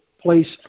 place